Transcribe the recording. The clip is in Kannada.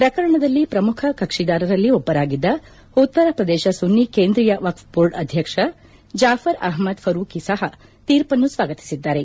ಪ್ರಕರಣದಲ್ಲಿ ಪ್ರಮುಖ ಕಕ್ಷಿದಾರರಲ್ಲಿ ಒಬ್ಬರಾಗಿದ್ದ ಉತ್ತರ ಪ್ರದೇಶ ಸುನ್ನಿ ಕೇಂದ್ರೀಯ ವಕ್ಪ ಬೋರ್ಡ್ ಅಧ್ಯಕ್ಷ ಜಾಫ್ ರ್ ಅಹಮದ್ ಫರೂಕಿ ಸಹ ತೀರ್ಪನ್ನು ಸ್ವಾಗತಿಸಿದ್ದಾರೆ